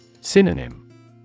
Synonym